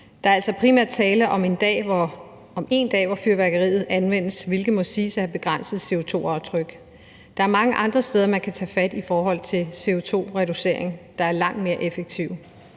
Der er altså primært tale om én dag, hvor fyrværkeriet anvendes, hvilket må siges at have et begrænset CO2-aftryk. Der er mange andre steder, hvor man kan tage fat i forhold til CO2-reduktion, som er langt mere effektive.